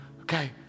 Okay